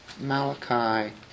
Malachi